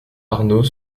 arnaud